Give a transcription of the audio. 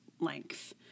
length